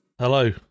Hello